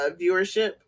viewership